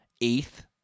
Eighth